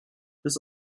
bis